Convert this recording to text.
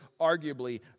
arguably